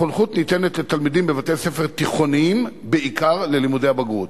החונכות ניתנת לתלמידים בבתי-ספר תיכוניים בעיקר ללימודי הבגרות.